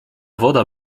woda